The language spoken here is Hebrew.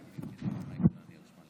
אני קורא את